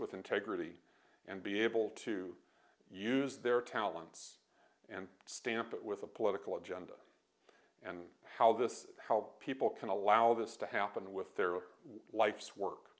with integrity and be able to use their talents and stamp it with a political agenda and how this how people can allow this to happen with their life's work